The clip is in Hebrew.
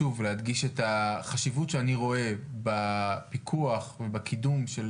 שוב להדגיש את החשיבות שאני רואה בפיקוח ובקידום של